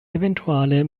eventuale